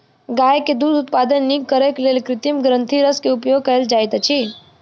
गाय के दूध उत्पादन नीक करैक लेल कृत्रिम ग्रंथिरस के उपयोग कयल जाइत अछि